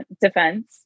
defense